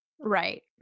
Right